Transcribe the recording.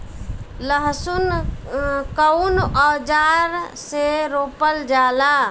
लहसुन कउन औजार से रोपल जाला?